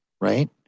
right